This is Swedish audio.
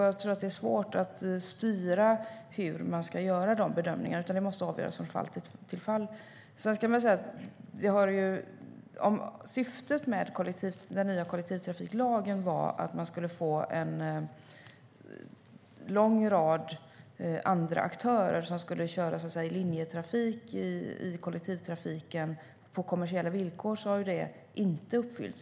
Jag tror att det är svårt att styra hur dessa bedömningar ska göras, utan det måste avgöras från fall till fall. Om syftet med den nya kollektivtrafiklagen var att man skulle få en lång rad andra aktörer som skulle köra linjetrafik i kollektivtrafiken på kommersiella villkor så har det inte uppfyllts.